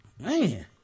Man